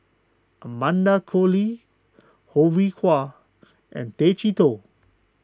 Amanda Koe Lee Ho Rih Hwa and Tay Chee Toh